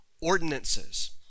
ordinances